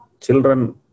children